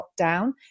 lockdown